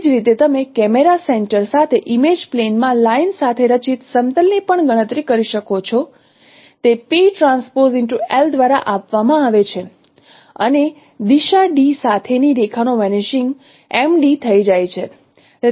એ જ રીતે તમે કેમેરા સેન્ટર સાથે ઇમેજ પ્લેન માં લાઇન સાથે રચિત સમતલ ની પણ ગણતરી કરી શકો છો તે દ્વારા આપવામાં આવે છે અને દિશા d સાથેની રેખાનો વેનીશિંગ Md થઈ જાય છે